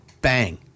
bang